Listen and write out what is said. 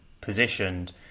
positioned